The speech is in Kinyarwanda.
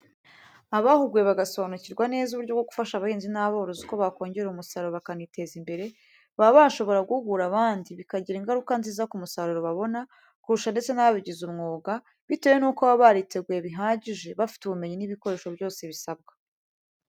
Abahuguwe, bagasobanukirwa neza uburyo bwo gufasha abahinzi n'aborozi uko bakongera umusaruro bakaniteza imbere, baba bashobora guhugura abandi bikagira ingaruka nziza ku musaruro babona, kurusha ndetse n'ababigize umwuga, bitewe n'uko baba bariteguye bihagije, bafite ubumenyi n'ibikoresho byose bisabwa.